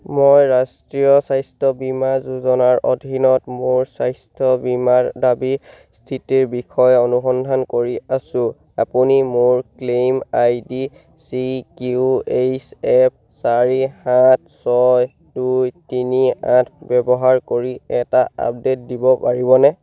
মই ৰাষ্ট্ৰীয় স্বাস্থ্য বীমা যোজনাৰ অধীনত মোৰ স্বাস্থ্য বীমাৰ দাবীৰ স্থিতিৰ বিষয়ে অনুসন্ধান কৰি আছোঁ আপুনি মোৰ claim I D C Q H F চাৰি সাত ছয় দুই তিনি আঠ ব্যৱহাৰ কৰি এটা আপডেট দিব পাৰিবনে